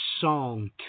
song